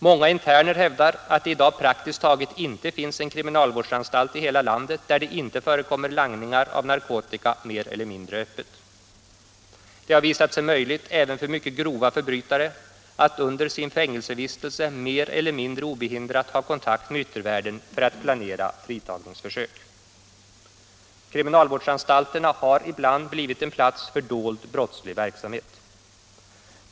Många interner hävdar att det i dag praktiskt taget inte finns en kriminalvårdsanstalt i hela landet där det inte förekommer langning av narkotika mer eller mindre öppet. Det har visat sig möjligt även för mycket grova förbrytare att under sin fängelsevistelse mer eller mindre obehindrat ha kontakt med yttervärlden för att planera fritagningsförsök. Kriminalvårdsanstalterna har ibland blivit en plats för dold brottslig verksamhet.